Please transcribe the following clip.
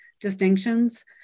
distinctions